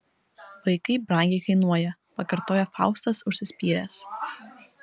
vaikai brangiai kainuoja pakartoja faustas užsispyręs